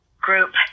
group